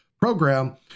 program